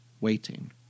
waiting